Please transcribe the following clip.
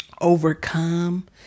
overcome